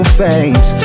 face